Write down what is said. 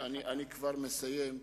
אני כבר מסיים.